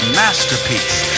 masterpiece